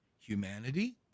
humanity